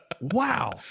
Wow